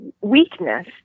weakness